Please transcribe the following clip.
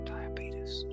Diabetes